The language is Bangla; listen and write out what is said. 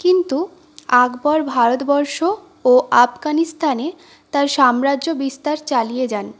কিন্তু আকবর ভারতবর্ষ ও আফগানিস্তানে তার সাম্রাজ্য বিস্তার চালিয়ে যান